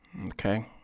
Okay